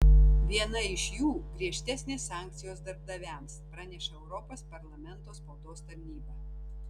viena iš jų griežtesnės sankcijos darbdaviams praneša europos parlamento spaudos tarnyba